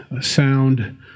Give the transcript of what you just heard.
sound